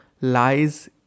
lies